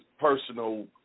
personal